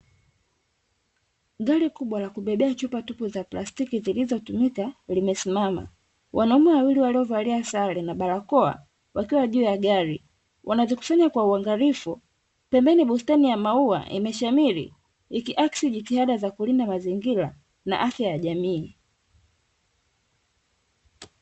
Gari kubwa lakubebea chupa tupu za platiki zilizotumika limesismama huku wanaume wawili waliovaalia sare barakoa, wakiwa juu ya gari akizikusanya kwa uangalifu pembeni ya bustani ya maus imeshamiri ikiakisi kulinda mazingira na afya ya jamii.